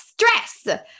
stress